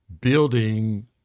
building